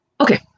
Okay